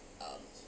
uh